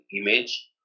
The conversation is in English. image